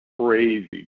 crazy